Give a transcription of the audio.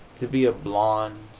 to be a blonde,